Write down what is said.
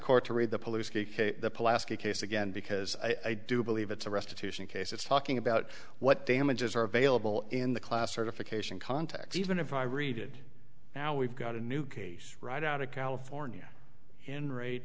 court to read the police polanski case again because i do believe it's a restitution case it's talking about what damages are available in the class certification context even if i redid now we've got a new case right out of california in raid